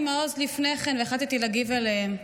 מעוז לפני כן והחלטתי להגיב עליהם.